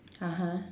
(uh huh)